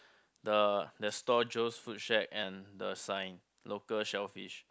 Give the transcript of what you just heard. the the store Joe's food shack and the sign local shellfish